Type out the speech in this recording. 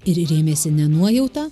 ir rėmėsi ne nuojauta